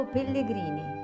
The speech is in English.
Pellegrini